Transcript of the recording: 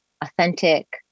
authentic